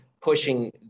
pushing